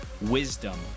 wisdom